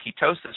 ketosis